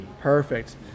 Perfect